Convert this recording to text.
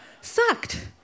sucked